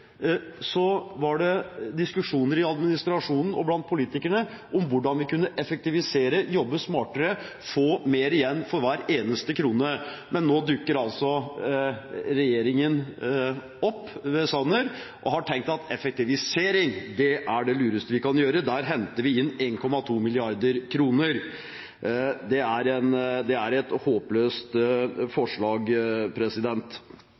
var det diskusjoner i administrasjonen og blant politikerne om hvordan vi kunne effektivisere, jobbe smartere, få mer igjen for hver eneste krone. Men nå dukker altså regjeringen opp, ved Sanner, og har tenkt at «effektivisering» er det lureste vi kan gjøre, der henter vi inn 1,2 mrd. kr. Det er et håpløst forslag. Nå er det slik at det